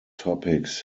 topics